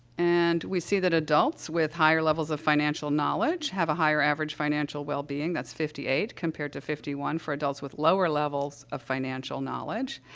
and we see that adults with higher levels of financial knowledge have a higher average financial wellbeing, that's fifty eight, compared to fifty one for adults with lower levels of financial knowledge.